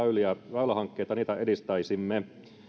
väylähankkeita edistäisimme